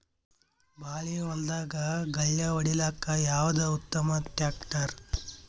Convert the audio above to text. ಬಾಳಿ ಹೊಲದಾಗ ಗಳ್ಯಾ ಹೊಡಿಲಾಕ್ಕ ಯಾವದ ಉತ್ತಮ ಟ್ಯಾಕ್ಟರ್?